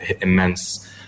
immense